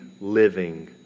living